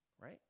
right